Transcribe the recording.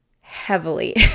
heavily